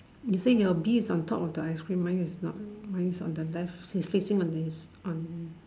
you say your bee is on top of the ice cream mine is not mine is on the left is facing on his on